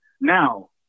Now